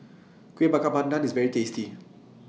Kueh Bakar Pandan IS very tasty